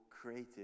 creative